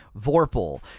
Vorpal